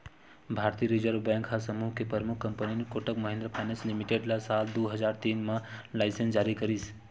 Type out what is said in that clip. भारतीय Reserve Bank ह समूह के परमुख company Kotak Mahindra Finance Limited ल साल दू हजार तीन म लाइनेंस जारी करिस